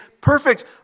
perfect